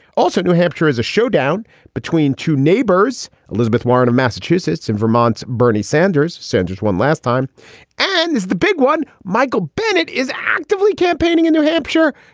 also, new hampshire is a showdown between two neighbors. elizabeth warren of massachusetts and vermont, bernie sanders. sanders won last time and is the big one michael bennet is actively campaigning in new hampshire.